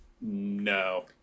no